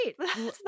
Right